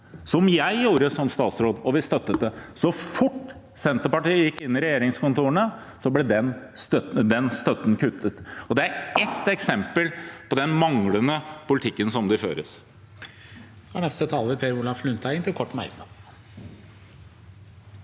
Det gjorde jeg som statsråd, og vi støttet det. Så fort Senterpartiet gikk inn i regjeringskontorene, ble den støtten kuttet. Det er ett eksempel på den mangelfulle politikken som de fører.